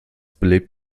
belebt